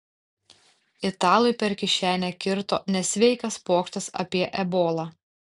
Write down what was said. italui per kišenę kirto nesveikas pokštas apie ebolą